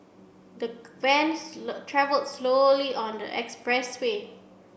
the van travelld slowly on the expressway